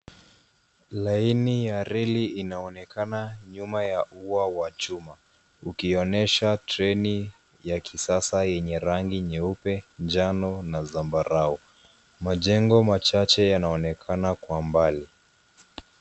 Laini ya reli inaonekana nyuma ya ua wa chuma ukionyesha treni ya kisasa yenye rangi nyeupe, njano na zambarau. Majengo machache yanaonekana kwa mbali.